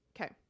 Okay